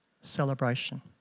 celebration